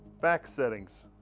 fax settings